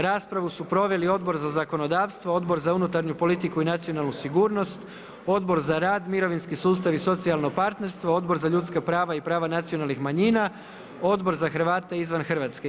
Raspravu su proveli Odbor za zakonodavstvo, Odbor za unutarnju politiku i nacionalnu sigurnost, Odbor za rad, mirovinski sustav i socijalno partnerstvo, Odbor za ljudska prava i prava nacionalnih manjina, Odbor za Hrvate izvan Hrvatske.